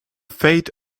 fate